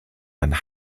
and